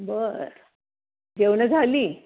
बरं जेवणं झाली